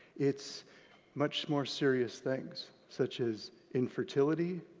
it's much more serious things such as infertility,